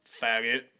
Faggot